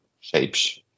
shapes